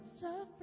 suffering